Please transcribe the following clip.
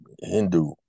Hindu